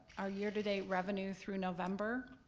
our year-to-date revenue through november,